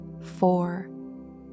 four